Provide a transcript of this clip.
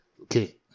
Okay